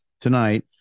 tonight